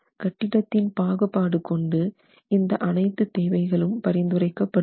கட்டிடத்தின் பாகுபாடு கொண்டு இந்த அனைத்து தேவைகளும் பரிந்துரைக்கப்படுகிறது